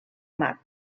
mar